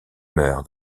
meurt